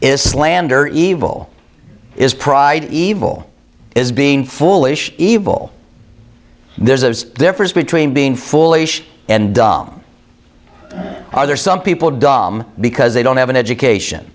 is slander evil is pride evil is being foolish evil there's a difference between being foolish and dumb are there some people dumb because they don't have an education